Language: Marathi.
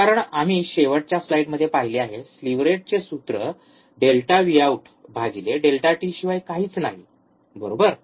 कारण आम्ही शेवटच्या स्लाइडमध्ये पाहिले आहे स्लीव्ह रेटचे सूत्र delta V out delta T ∆Vout ∆t शिवाय काहीच नाही बरोबर